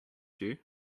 you